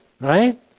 right